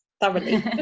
thoroughly